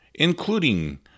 Including